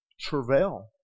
travail